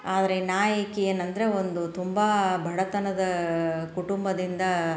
ಆದರೆ ನಾಯಕಿ ಏನಂದರೆ ಒಂದು ತುಂಬ ಬಡತನದ ಕುಟುಂಬದಿಂದ